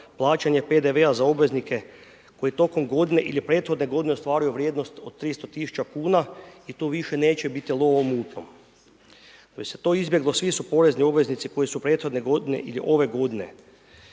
plaćanja PDV-a za obveznike, koji tokom godine ili prethodne godine ostvaruju vrijednost od 300 tisuća kuna i tu više neće biti lova u mutnom. Da bi se to izbjeglo svi su porezni obveznici, koji su prethodne godine ili ove g.